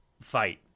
fight